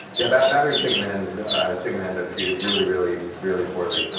yeah battery chicken hens chicken hens are treated really, really, really poorly.